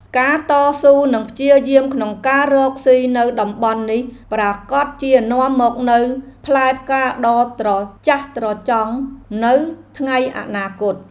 ការតស៊ូនិងព្យាយាមក្នុងការរកស៊ីនៅតំបន់នេះប្រាកដជានាំមកនូវផ្លែផ្កាដ៏ត្រចះត្រចង់នៅថ្ងៃអនាគត។